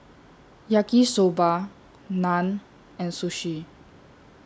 Yaki Soba Naan and Sushi